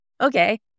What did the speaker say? okay